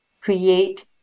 Create